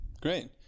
great